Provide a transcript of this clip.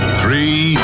three